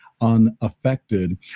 unaffected